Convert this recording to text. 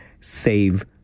save